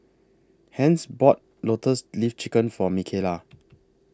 Hence bought Lotus Leaf Chicken For Mikaela